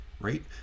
right